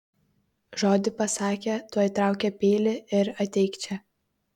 žodį pasakė tuoj traukia peilį ir ateik čia